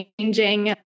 changing